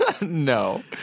No